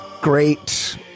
great